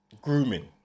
grooming